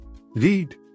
Read